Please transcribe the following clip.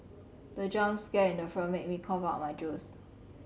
the jump scare in the film made me cough out my juice